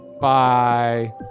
bye